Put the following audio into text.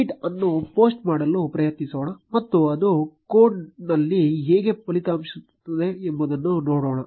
tweet ಅನ್ನು post ಮಾಡಲು ಪ್ರಯತ್ನಿಸೋಣ ಮತ್ತು ಅದು ಕೋಡ್ನಲ್ಲಿ ಹೇಗೆ ಪ್ರತಿಫಲಿಸುತ್ತದೆ ಎಂಬುದನ್ನು ನೋಡೋಣ